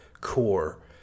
core